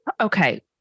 Okay